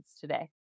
today